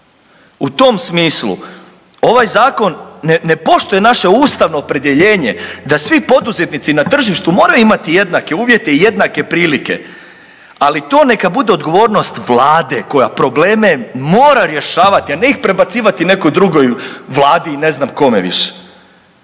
U tom smislu ovaj zakon ne poštuje naše ustavno opredjeljenje da svi poduzetnici na tržištu moraju imati jednake uvjete i jednake prilike, ali to neka bude odgovornost vlade koja probleme mora rješavati, a ne ih prebacivati nekoj drugoj vladi i ne znam kome više.